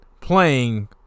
playing